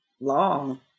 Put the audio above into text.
long